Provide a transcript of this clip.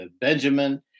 Benjamin